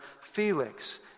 Felix